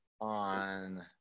on